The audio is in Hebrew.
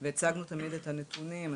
והצגנו תמיד את הנתונים.